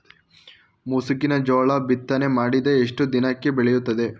ಮುಸುಕಿನ ಜೋಳ ಬಿತ್ತನೆ ಮಾಡಿದ ಎಷ್ಟು ದಿನಕ್ಕೆ ಬೆಳೆಯುತ್ತದೆ?